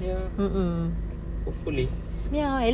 ya hopefully